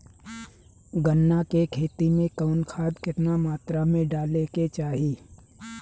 गन्ना के खेती में कवन खाद केतना मात्रा में डाले के चाही?